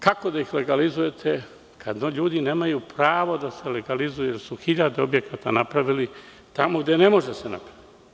Kako da ih legalizujete, kada ljudi nemaju pravo da se legalizuju, jer su hiljadu objekata napravili tamo gde ne može da se napravi.